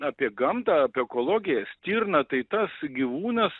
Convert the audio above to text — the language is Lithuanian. apie gamtą apie ekologiją stirna tai tas gyvūnas